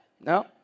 No